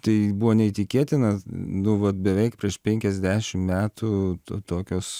tai buvo neįtikėtina nu va beveik prieš penkiasdešim metų tokios